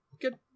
good